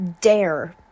dare